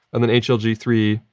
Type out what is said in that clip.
and then h l g three,